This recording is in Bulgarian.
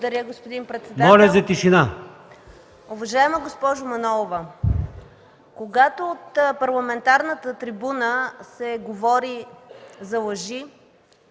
Благодаря, господин председател. Уважаема госпожо Манолова, когато от парламентарната трибуна се говори за лъжи,